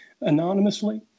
anonymously